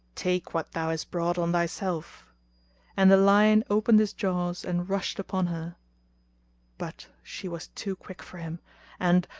take what thou has brought on thy self and the lion opened his jaws and rushed upon her but she was too quick for him and,